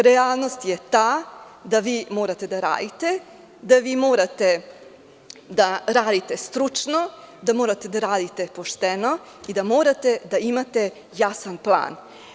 Realnost je ta da vi morate da radite, da vi morate da radite stručno, da morate da radite pošteno i da morate da imate jasan plan.